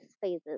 phases